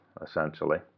essentially